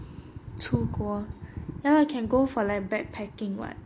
出国 ya lah can go for land backpacking [what]